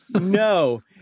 No